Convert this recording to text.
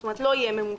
זאת אומרת לא יהיה ממוצע.